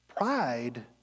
Pride